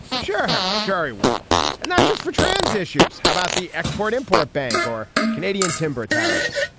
sure. cheri well and not just for trans issues. how about the export-import bank or canadian timber tariffs.